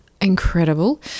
incredible